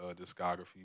discography